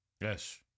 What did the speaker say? Yes